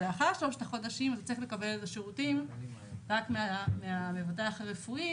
ולאחר שלושת החודשים אתה צריך לקבל שירותים רק מהמבטח הרפואי.